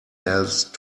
else